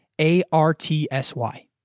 A-R-T-S-Y